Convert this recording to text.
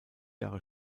jahre